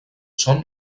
són